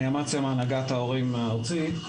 אני אמציה מהנהגת ההורים הארצית.